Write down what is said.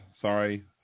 Sorry